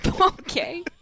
Okay